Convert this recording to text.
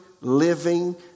living